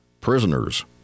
prisoners